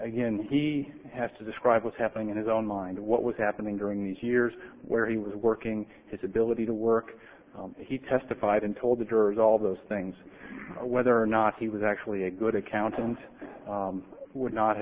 again he has to describe what's happening in his own line to what was happening during these years where he was working his ability to work he testified and told the jurors all those things whether or not he was actually a good accountant would not